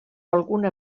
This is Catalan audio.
alguna